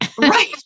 Right